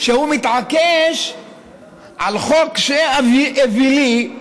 שהוא מתעקש על חוק אווילי: